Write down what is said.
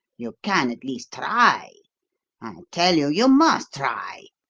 you can at least try. i tell you you must try!